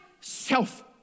Self